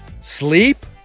sleep